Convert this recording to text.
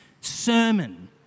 sermon